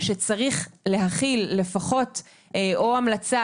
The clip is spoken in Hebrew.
שצריך להכיל לפחות או המלצה,